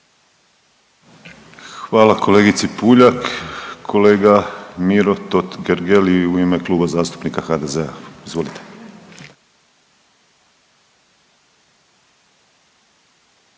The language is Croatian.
Hvala kolegici Puljak. Kolega Miro Totgergeli, u ime Kluba zastupnika HDZ-a. Izvolite.